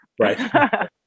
Right